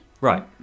Right